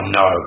no